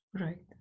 Right